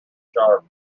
sharp